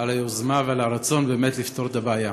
על היוזמה ועל הרצון באמת לפתור את הבעיה.